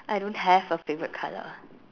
I don't have a favourite colour